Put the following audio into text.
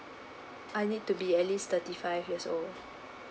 I need to be at least thirty five years old